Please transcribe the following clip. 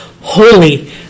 holy